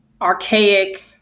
archaic